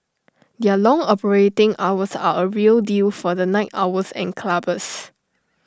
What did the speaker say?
their long operating hours are A real deal for the night owls and clubbers